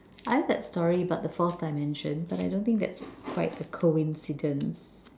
I have had story about the fourth dimension but I don't think that's quite a coincidence